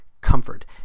comfort